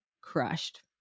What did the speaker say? crushed